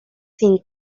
sin